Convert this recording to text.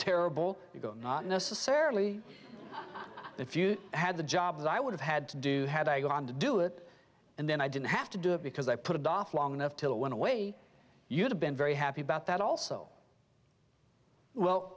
terrible you go on not necessarily if you had the jobs i would have had to do had i gone to do it and then i didn't have to do it because i put it off long enough to went away you'd have been very happy about that also well